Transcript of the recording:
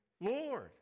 Lord